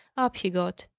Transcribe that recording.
up he got.